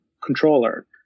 controller